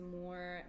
more